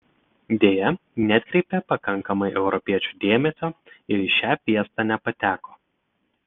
deja neatkreipė pakankamai europiečių dėmesio ir į šią fiestą nepateko